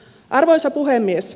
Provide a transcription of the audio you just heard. arvoisa puhemies